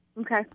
Okay